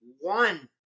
one